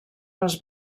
les